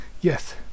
Yes